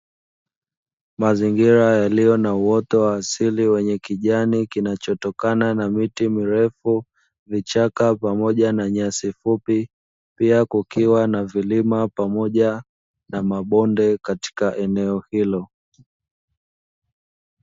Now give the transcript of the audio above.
Mazingira yaliyo na uoto wa asili wenye kijani kinachotoka na miti mirefu vichaka pamoja na nyasi fupi pia kukiwa na vilima pamoja na mabonde katika eneo hilo.